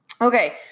okay